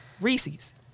Reese's